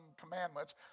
commandments